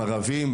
ערבים,